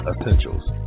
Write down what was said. Essentials